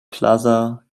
plaza